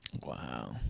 wow